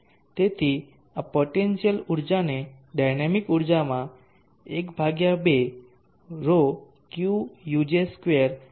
તેથી આ પોટેન્શીયલ ઊર્જાને ડાયનામિક ઊર્જામાં 12 ρQuj2 તરીકે રૂપાંતરિત કરવામાં આવે છે